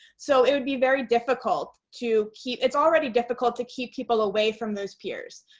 so it would be very difficult to keep it's already difficult to keep people away from those peers.